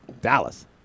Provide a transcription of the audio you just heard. Dallas